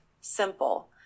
simple